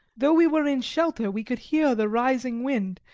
though we were in shelter, we could hear the rising wind,